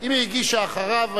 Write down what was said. אם היא הגישה אחריו,